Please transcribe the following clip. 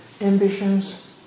ambitions